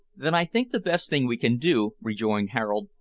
then i think the best thing we can do, rejoined harold,